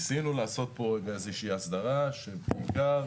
ניסינו לעשות פה איזושהי הסדרה, כשבעיקר